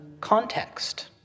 context